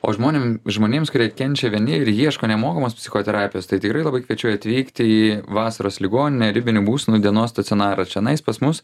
o žmonėm žmonėms kurie kenčia vieni ir ieško nemokamos psichoterapijos tai tikrai labai kviečiu atvykti į vasaros ligoninę ribinių būsenų dienos stacionarą čionais pas mus